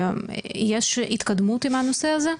יש התקדמות עם הנושא הזה?